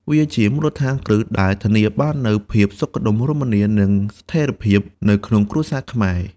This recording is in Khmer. វាជាមូលដ្ឋានគ្រឹះដែលធានាបាននូវភាពសុខដុមរមនា និងស្ថិរភាពនៅក្នុងគ្រួសារខ្មែរ។